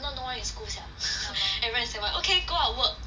so no one is 不想 everyone is like okay go out work